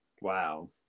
wow